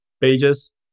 pages